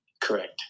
Correct